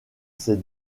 ses